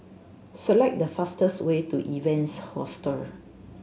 select the fastest way to Evans Hostel